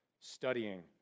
studying